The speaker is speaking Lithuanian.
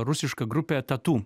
rusiška grupė tatu